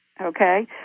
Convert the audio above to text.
okay